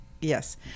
Yes